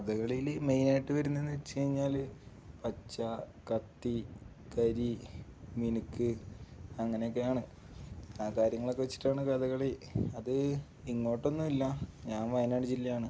കഥകളിയില് മെയിനായിട്ടു വരുന്നതെന്നുവച്ചുകഴിഞ്ഞാല് പച്ച കത്തി കരി മിനുക്ക് അങ്ങനെയൊക്കെയാണ് ആ കാര്യങ്ങളൊക്കെ വച്ചിട്ടാണ് കഥകളി അത് ഇങ്ങോട്ടൊന്നുമില്ല ഞാൻ വയനാട് ജില്ലയാണ്